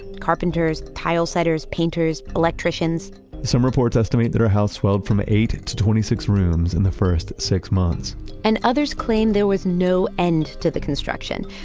carpenters, tile setters, painters, electricians some reports estimate that her house swelled from eight to twenty six rooms in the first six months and others claimed there was no end to the construction,